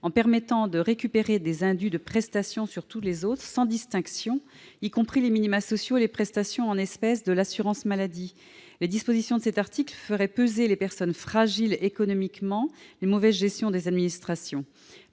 -en permettant de récupérer des indus de prestations sur tous les autres, sans distinction, y compris les minima sociaux et les prestations en espèces de l'assurance maladie. Les dispositions de cet article feraient peser sur les personnes fragiles économiquement la mauvaise gestion des administrations.